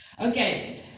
Okay